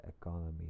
economy